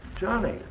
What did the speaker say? Johnny